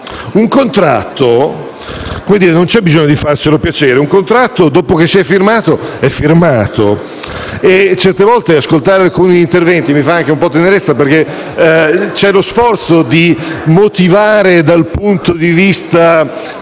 un contratto, che non c'è bisogno di farselo piacere: un contratto, dopo che lo si è firmato, è sottoscritto. Certe volte ascoltare alcuni interventi mi fa anche un po' tenerezza, perché contengono lo sforzo di motivare dal punto di vista